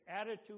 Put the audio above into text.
attitude